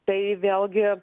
tai vėlgi